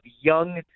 young